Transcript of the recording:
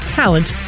talent